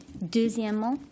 Deuxièmement